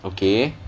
okay